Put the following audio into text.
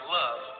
love